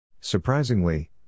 Surprisingly